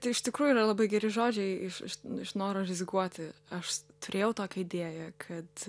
tai iš tikrųjų yra labai geri žodžiai iš iš iš noro rizikuoti aš turėjau tokią idėją kad